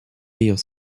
ayant